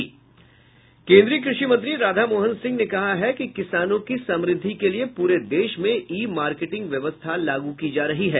केंद्रीय कृषि मंत्री राधामोहन सिंह ने कहा है कि किसानों की समृद्धि के लिये पूरे देश में ई मार्केटिंग व्यवस्था लागू की जा रही है